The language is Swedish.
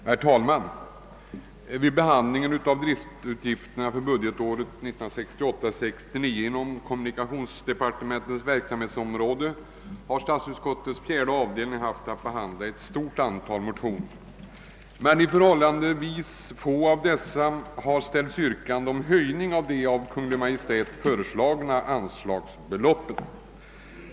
Herr talman! Vid behandlingen av utgifterna på driftbudgeten för budgetåret 1968/69 inom kommunikationsdepartementets verksamhetsområde har statsutskottets fjärde avdelning haft att ta ställning till ett stort antal motioner. I förhållandevis få av dessa har ställts yrkanden om höjning av de av Kungl. Maj:t föreslagna anslagsbeloppen.